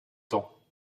temps